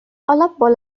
অলপ